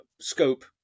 scope